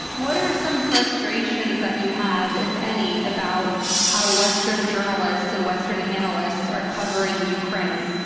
what are some frustrations that you have, if any, about how western journalists and western analysts are covering ukraine?